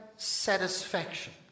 satisfaction